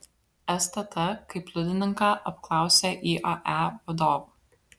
stt kaip liudininką apklausė iae vadovą